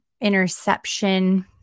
interception